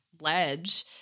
ledge